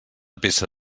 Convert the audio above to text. peça